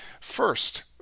first